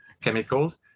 chemicals